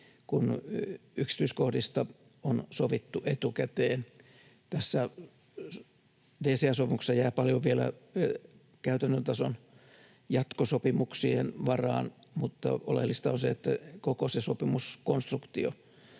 kun yksityiskohdista on sovittu etukäteen. Tässä DCA-sopimuksessa jää paljon vielä käytännön tason jatkosopimuksien varaan, mutta oleellista on se, että koko se sopimuskonstruktio